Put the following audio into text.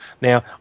Now